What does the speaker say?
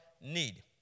need